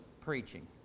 preaching